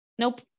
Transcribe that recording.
Nope